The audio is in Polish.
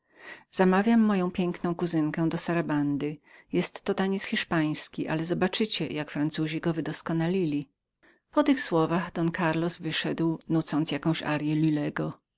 zamawiam moją piękną kuzynkę do sarabandy jestto taniec hiszpański ale zobaczycie jak francuzi go wydoskonalili po tych słowach don karlos wyszedł nucąc jakąś